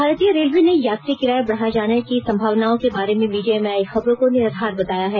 भारतीय रेलवे ने यात्री किराया बढाए जाने की सम्भावनाओं के बारे में मीडिया में आई खबरों को निराधार बताया है